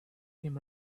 came